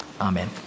Amen